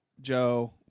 Joe